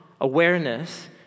awareness